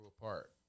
apart